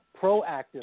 proactive